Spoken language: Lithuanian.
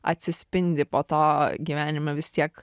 atsispindi po to gyvenime vis tiek